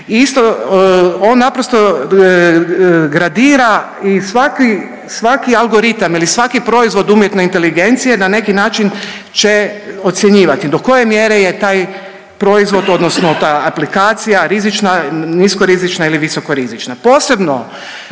Isto on naprosto gradira i svaki algoritam ili svaki proizvod umjetne inteligencije na neki način će ocjenjivati. Do koje mjere je taj proizvod, odnosno ta aplikacija, rizična, niskorizična ili visokorizična. Posebno